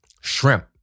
shrimp